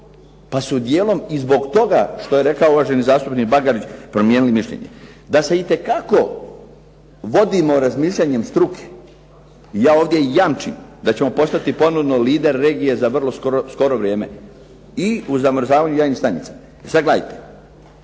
pa su dijelom i zbog toga što je rekao uvaženi zastupnik Bagarić promijenili mišljenje, da se itekako vodimo razmišljanjem struke. Ja ovdje jamčim da ćemo postati ponovno lider regije za vrlo skoro vrijeme i u zamrzavanju jajnih stanica. I sad gledajte